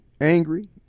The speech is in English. angry